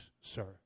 sir